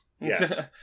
Yes